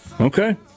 Okay